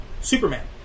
Superman